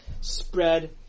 spread